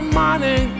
money